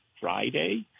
Friday